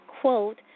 quote